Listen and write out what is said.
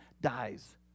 dies